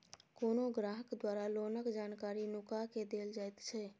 कोनो ग्राहक द्वारा लोनक जानकारी नुका केँ देल जाएत छै